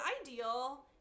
ideal